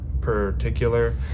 particular